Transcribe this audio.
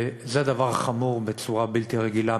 זה דבר חמור בצורה בלתי רגילה.